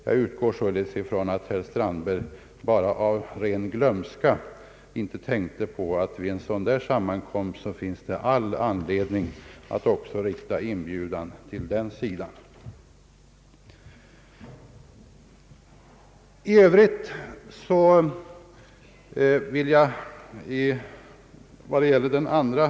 Jag utgår således från att herr Strandberg bara av ren glömska inte tänkte på att vid en sådan där sammankomst så finns det också anledning att rikta inbjudan till Svenska lasttrafikbilägareförbundet m.fl.